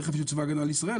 רכב של צבא הגנה לישראל,